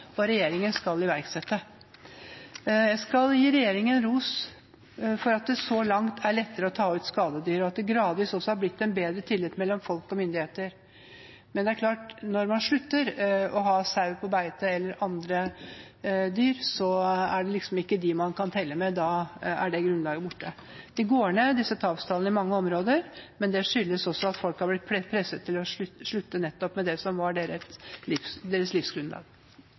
og regjeringen skal iverksette. Jeg skal gi regjeringen ros for at det så langt er lettere å ta ut skadedyr, og at det gradvis også har blitt en bedre tillit mellom folk og myndigheter. Men når man slutter å ha sau eller andre dyr på beite, er det ikke dem man kan regne med. Da er det grunnlaget borte. Disse tapstallene går ned i mange områder, men det skyldes også at folk er blitt presset til å slutte med det som var deres